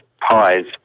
pies